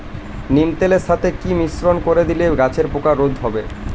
নিম তেলের সাথে কি মিশ্রণ করে দিলে গাছের পোকা রোধ হবে?